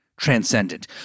transcendent